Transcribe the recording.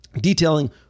detailing